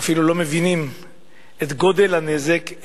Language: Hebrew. אפילו לא מבינים את גודל הנזק,